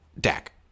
Dak